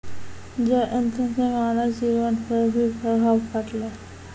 जैव इंधन से मानव जीबन पर भी प्रभाव पड़लै